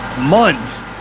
months